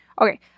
Okay